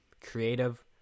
creative